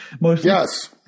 Yes